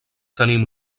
tenim